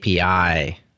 API